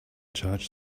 charged